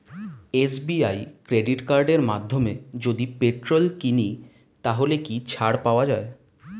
SBI credit কার্ডের মাধ্যমে যদি পেট্রোল কিনি তাহলে কি ছাড় পাওয়া যায়?